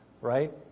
right